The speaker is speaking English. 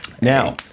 Now